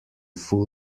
full